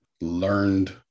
learned